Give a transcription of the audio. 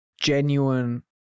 genuine